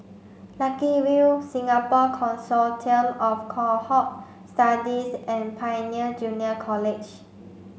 Lucky View Singapore Consortium of Cohort Studies and Pioneer Junior College